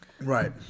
Right